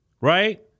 right